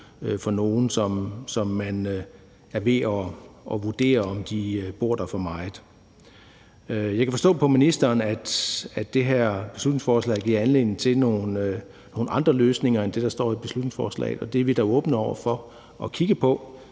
fra nogle, som man er ved at vurdere i forhold til, om de bor der for meget. Jeg kan forstå på ministeren, at det her beslutningsforslag giver anledning til nogle andre løsninger end det, der står i beslutningsforslaget, og det er vi da åbne over for at kigge på.